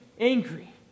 angry